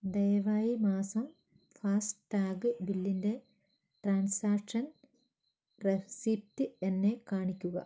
ദയവായി മാസം ഫാസ്ടാഗ് ബില്ലിൻ്റെ ട്രാൻസാക്ഷൻ റെസീപ്റ്റ് എന്നെ കാണിക്കുക